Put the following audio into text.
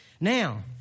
Now